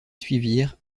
suivirent